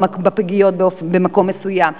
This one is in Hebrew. כי יש מחסור בפגיות במקום מסוים,